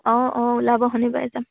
অঁ অঁ ওলাব শনিবাৰে যাম